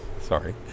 Sorry